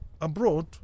abroad